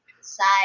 side